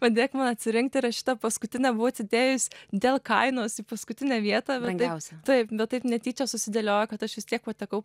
padėk man atsirinkti ir aš šita paskutinė buvau atidėjus dėl kainos į paskutinę vietą taip bet taip netyčia susidėliojo kad aš vis tiek patekau